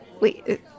Wait